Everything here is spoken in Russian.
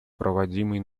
проводимой